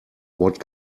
what